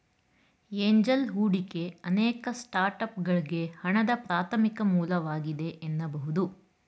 angel ಹೂಡಿಕೆ ಅನೇಕ ಸ್ಟಾರ್ಟ್ಅಪ್ಗಳ್ಗೆ ಹಣದ ಪ್ರಾಥಮಿಕ ಮೂಲವಾಗಿದೆ ಎನ್ನಬಹುದು